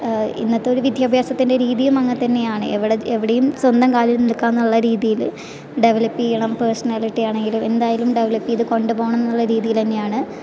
ഇന്നത്തെ ഒരു വിദ്യാഭ്യാസത്തിൻ്റെ രീതിയും അങ്ങനെ തന്നെയാണ് എവിടെ എവിടെയും സ്വന്തം കാലിൽ നിൽക്കാം എന്നുള്ള രീതിയിൽ ഡെവലപ്പ് ചെയ്യണം പേഴ്സണാലിറ്റി ആണെങ്കിലും എന്തായാലും ഡെവലപ്പ് ചെയ്ത് കൊണ്ടുപോകണം എന്നുള്ള രീതിയിൽ തന്നെയാണ്